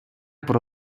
про